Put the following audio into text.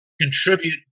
contribute